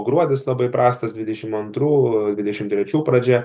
gruodis labai prastas dvidešimt antrų dvidešimt trečių pradžia